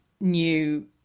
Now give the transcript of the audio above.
new